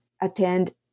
attend